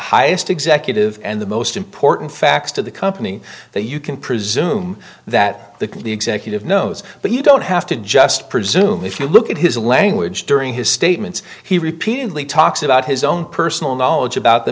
highest executive and the most important facts to the company they you can presume that the can the executive knows but you don't have to just presume if you look at his language during his statements he repeatedly talks about his own personal knowledge about the